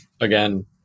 again